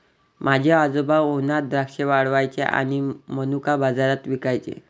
माझे आजोबा उन्हात द्राक्षे वाळवायचे आणि मनुका बाजारात विकायचे